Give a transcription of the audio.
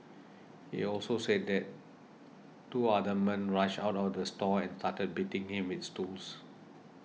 he also said that two other men rushed out of the store and started beating him with stools